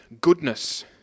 goodness